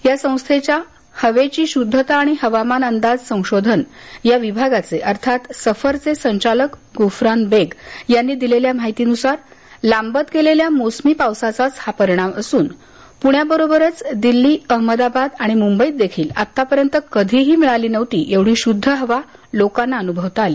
या संस्थेच्या हवेची शुद्धता आणि हवामान अंदाज संशोधन या विभागाचे अर्थात सफरचे संचालक गुफरान बेग यांनी दिलेल्या माहितीनुसार लांबत गेलेल्या मोसमी पावसाचाच हा परिणाम असून पुण्याबरोबरच दिल्ली अहमदाबाद आणि मुंबईत देखील आत्तापर्यन्त कधीही मिळाली नव्हती एवढी शुद्ध हवा लोकांना अनुभवता आली